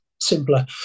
simpler